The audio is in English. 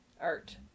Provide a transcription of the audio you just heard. Art